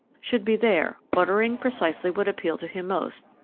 should be there, ordering precisely what appealed to him most,